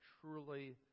truly